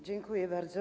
Dziękuję bardzo.